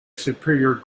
superior